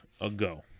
ago